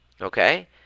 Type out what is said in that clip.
Okay